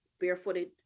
barefooted